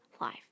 life